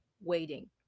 waiting